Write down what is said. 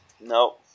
No